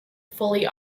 fully